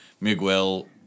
Miguel